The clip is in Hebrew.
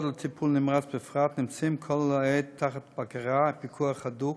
לטיפול נמרץ בפרט נמצא כל העת תחת בקרה ופיקוח הדוק